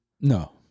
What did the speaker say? No